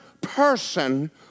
person